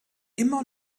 immer